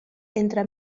entre